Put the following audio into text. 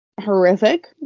horrific